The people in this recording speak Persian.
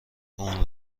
اون